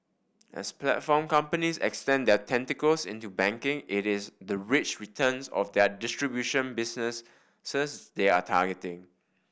as platform companies extend their tentacles into banking it is the rich returns of their distribution business they are targeting